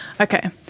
Okay